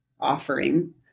offering